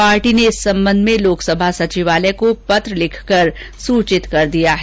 party ने इस संबंध में लोकसभा सचिवालय को पत्र लिखकर सूचित कर दिया है